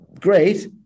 Great